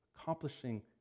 accomplishing